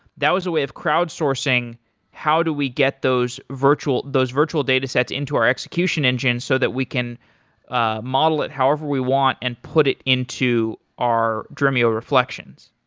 that was a way of crowd sourcing how do we get those virtual those virtual datasets into our execution engine so that we can ah model it however we want and put it into our dremio reflections.